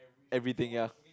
everything else